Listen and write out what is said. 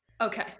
Okay